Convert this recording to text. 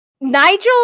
Nigel